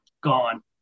gone